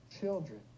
children